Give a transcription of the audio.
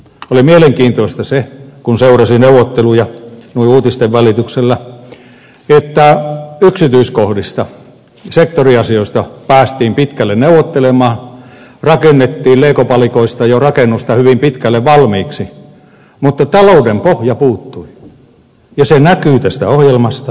oli mielenkiintoista se kun seurasi neuvotteluja uutisten välityksellä että yksityiskohdista sektoriasioista päästiin pitkälle neuvottelemaan rakennettiin legopalikoista jo rakennusta hyvin pitkälle valmiiksi mutta talouden pohja puuttui ja se näkyy tästä ohjelmasta